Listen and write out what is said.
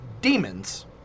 demons